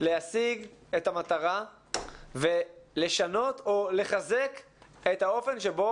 להשיג את המטרה ולשנות או לחזק את האופן שבו